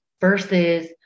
versus